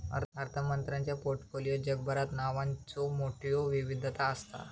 अर्थमंत्र्यांच्यो पोर्टफोलिओत जगभरात नावांचो मोठयो विविधता असता